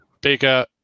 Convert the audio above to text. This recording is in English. Bigger